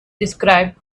described